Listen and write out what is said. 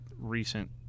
recent